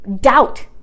doubt